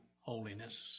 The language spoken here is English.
holiness